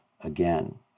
again